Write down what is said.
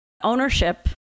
ownership